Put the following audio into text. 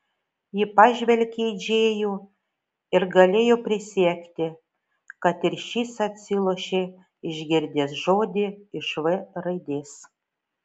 ji pažvelgė į džėjų ir galėjo prisiekti kad ir šis atsilošė išgirdęs žodį iš v raidės